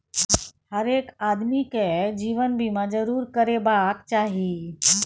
हरेक आदमीकेँ जीवन बीमा जरूर करेबाक चाही